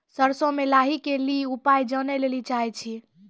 सरसों मे लाही के ली उपाय जाने लैली चाहे छी?